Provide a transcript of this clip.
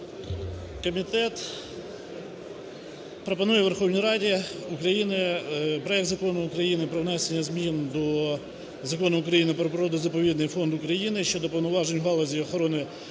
Комітет пропонує Верховній Раді України проект Закону України про внесення змін до Закону України "Про природно-заповідний фонд України" (щодо повноважень в галузі охорони